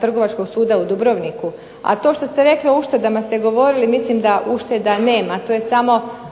Trgovačkog suda u Dubrovniku. A to što ste rekli, o uštedama ste govorili, mislim da ušteda nema, to je samo